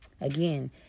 Again